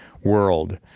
world